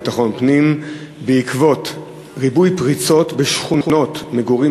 בעקבות ריבוי פריצות בשכונות מגורים